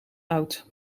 oud